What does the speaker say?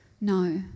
No